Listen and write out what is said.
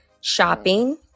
shopping